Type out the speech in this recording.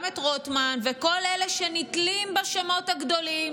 את רוטמן וכל אלה שנתלים בשמות הגדולים: